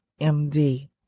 MD